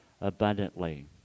abundantly